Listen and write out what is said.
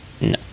No